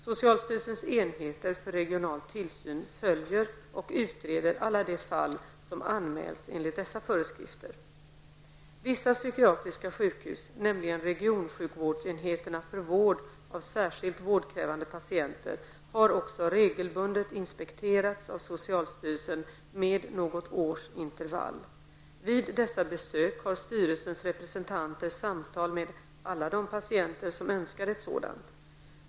Socialstyrelsens enheter för regional tillsyn följer och utreder alla de fall som anmäls enligt dessa föreskrifter. Vissa psykiatriska sjukhus, nämligen regionsjukvårdsenheterna för vård av särskilt vårdkrävande patienter, har också regelbundet inspekterats av socialstyrelsen med något års intervall. Vid dessa besök har styrelsens representanter samtal med alla de patienter som önskar ett sådant.